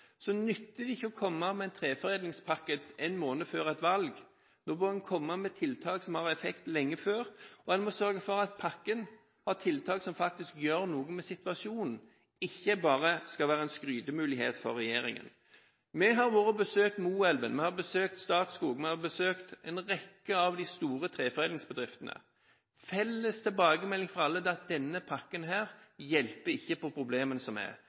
nytter det ikke å komme med en treforedlingspakke en måned før et valg. Da må en komme med tiltak som har effekt lenge før, og en må sørge for at pakken har tiltak som faktisk gjør noe med situasjonen, og ikke bare skal være en skrytemulighet for regjeringen. Vi har vært og besøkt Moelven, vi har besøkt Statskog – vi har besøkt en rekke av de store treforedlingsbedriftene. Den felles tilbakemeldingen fra alle er at denne pakken ikke hjelper på problemene som er.